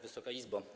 Wysoka Izbo!